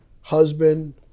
husband